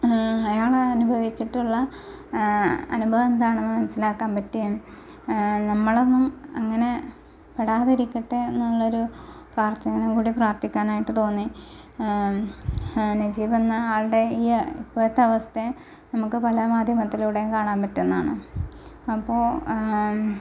അയാളനുഭവിച്ചിട്ടുള്ള അനുഭവം എന്താണെന്ന് മൻസ്സിലാക്കാന് പറ്റുകേം നമ്മളൊന്നും അങ്ങനെ പെടാതിരിക്കട്ടെ എന്നുള്ളൊരു പ്രാര്ത്ഥന കൂടി പ്രാര്ത്ഥിക്കാനായിട്ട് തോന്നി നജീബ് എന്ന ആൾടെ ഈ ഇപ്പോഴത്തെ അവസ്ഥ നമുക്ക് പല മാധ്യമത്തിലൂടെ കാണാൻ പറ്റുന്നതാണ് അപ്പോൾ